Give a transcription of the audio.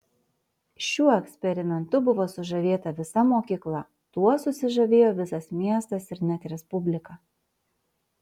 šiuo eksperimentu buvo sužavėta visa mokyklą tuo susižavėjo visas miestas ir net respublika